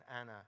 Anna